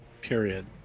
Period